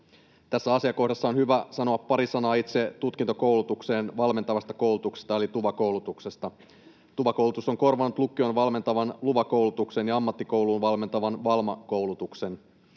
Tässä asiakohdassa on hyvä sanoa pari sanaa itse tutkintokoulutukseen valmentavasta koulutuksesta eli TUVA-koulutuksesta. TUVA-koulutus on korvannut lukion valmentavan LUVA-koulutuksen ja ammattikouluun valmentavan VALMA-koulutuksen.